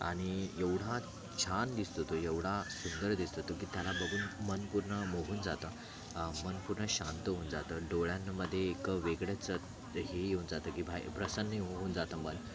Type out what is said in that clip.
आणि एवढा छान दिसतो तो एवढा सुंदर दिसतो तो की त्याला बघून मन पूर्ण मोहून जातं मन पूर्ण शांत होऊन जातं डोळ्यांमध्ये एक वेगळंच हे येऊन जातं की बाहे प्रसन्नही होऊन जातं मन